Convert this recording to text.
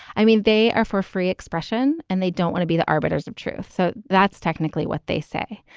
i mean, they are for free expression and they don't want to be the arbiters of truth. so that's technically what they say.